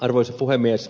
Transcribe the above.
arvoisa puhemies